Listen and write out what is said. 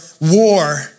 war